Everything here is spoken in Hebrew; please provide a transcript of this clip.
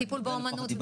טיפול באמנות,